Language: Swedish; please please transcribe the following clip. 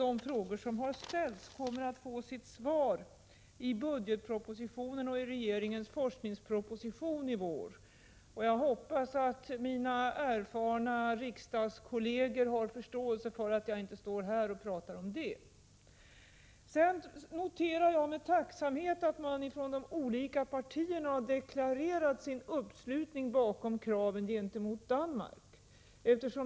1986/87:40 kommer att få svar i budgetpropositionen och i regeringens forskningspro 2 december 1986 position i vår, och jag hoppas att mina erfarna riksdagskolleger har förståelse för att jag inte står här och pratar om det. Jag noterar med tacksamhet att man från de olika partierna har deklarerat sin uppslutning bakom kraven gentemot Danmark.